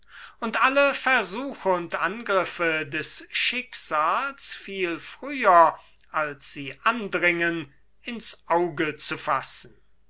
und alle versuche und angriffe des schicksals viel früher als sie andringen in's auge zu fassen